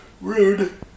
Rude